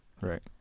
Right